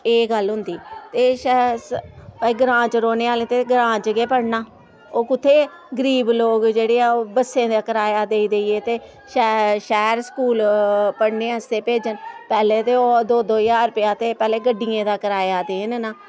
एह् गल्ल होंदी एह् भाई ग्रां च रौह्ने आह्ले ते ग्रां च गै पढ़ना ओह् कु'त्थै गरीब लोक जेह्ड़े ऐ ओह् बस्सें दा कराया देई देइयै ते शै शैह्र स्कूल पढ़ने आस्तै भेजन पैह्लें ते ओह् दो दो ज्हार रपेआ ते पैह्लें गड्डियें दा कराया देन ना